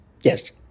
Yes